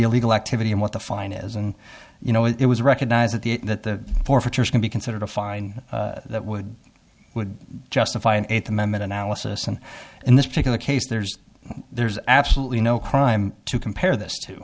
illegal activity and what the fine is and you know it was recognized that the that the forfeitures can be considered a fine that would would justify an eighth amendment analysis and in this particular case there's there's absolutely no crime to compare this to